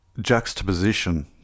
juxtaposition